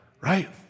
right